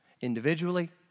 Individually